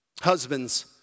husbands